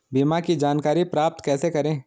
बीमा की जानकारी प्राप्त कैसे करें?